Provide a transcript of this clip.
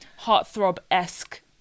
heartthrob-esque